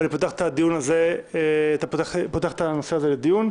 אני פותח את הנושא לדיון.